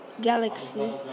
Galaxy